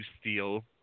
steal